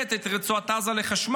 מחברת את רצועת עזה לחשמל?